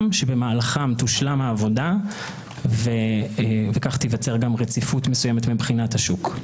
ובמהלכם תושלם העבודה וכך תיווצר רציפות מסוימת בשוק.